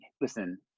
listen